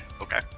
Okay